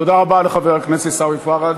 תודה רבה לחבר הכנסת עיסאווי פריג'.